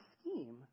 scheme